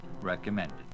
recommended